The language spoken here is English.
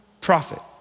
prophet